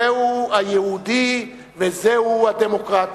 זה היהודי וזה הדמוקרטי.